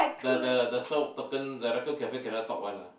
the the the the raccoon cafe cannot talk one ah